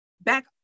Back